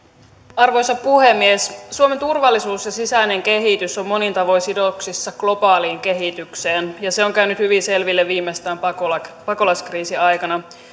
arvoisa puhemies suomen turvallisuus ja sisäinen kehitys ovat monin tavoin sidoksissa globaaliin kehitykseen ja se on käynyt hyvin selville viimeistään pakolaiskriisin aikana